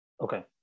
Okay